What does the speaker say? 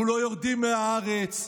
אנחנו לא יורדים מהארץ.